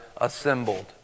assembled